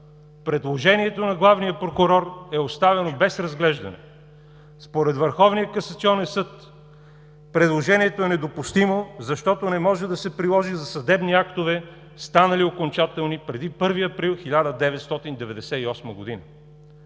Предложението на главния прокурор е оставено без разглеждане. Според Върховния касационен съд предложението е недопустимо, защото не може да се приложи за съдебни актове, станали окончателни преди 1 април 1998 г.